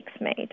made